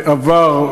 עבר,